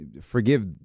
forgive